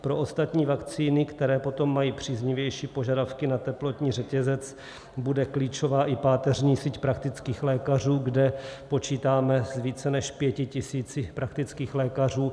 Pro ostatní vakcíny, které potom mají příznivější požadavky na teplotní řetězec, bude klíčová i páteřní síť praktických lékařů, kde počítáme s více než 5 tisíci praktických lékařů.